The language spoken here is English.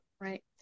Right